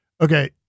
okay